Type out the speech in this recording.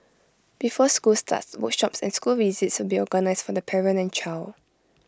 before school starts workshops and school visits will be organised for the parent and child